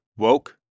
Woke